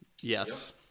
Yes